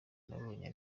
nabonye